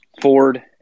Ford